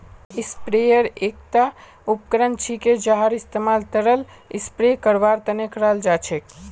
sprayer एकता उपकरण छिके जहार इस्तमाल तरल स्प्रे करवार तने कराल जा छेक